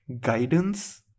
guidance